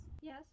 Yes